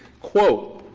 quote,